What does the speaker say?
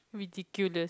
ridiculous